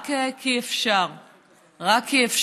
רק כי אפשר לסחוט,